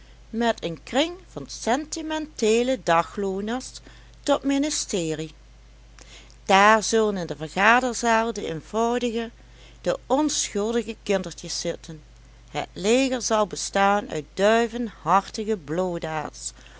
met een kring van sentimenteele daglooners tot ministerie daar zullen in de vergaderzaal de eenvoudige de onschuldige kindertjes zitten het leger zal bestaan uit